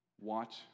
Watch